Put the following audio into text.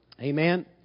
Amen